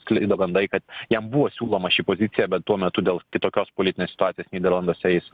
sklido gandai kad jam buvo siūloma ši pozicija bet tuo metu dėl kitokios politinės situacijos nyderlanduose jis